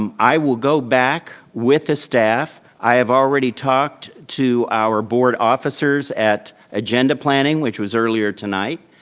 um i will go back with the staff. i have already talked to our board officers at agenda planning, which was earlier tonight.